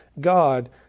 God